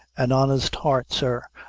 an honest heart, sir,